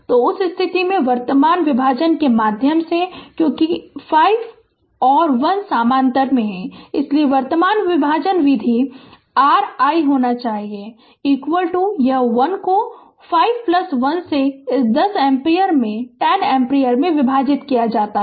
तो उस स्थिति में वर्तमान विभाजन के माध्यम से क्योंकि 5 और 1 समानांतर में हैं इसलिए वर्तमान विभाजन विधि r i होनी चाहिए यह 1 को 51 से इस 10 एम्पीयर में 10 एम्पीयर में विभाजित किया जाता है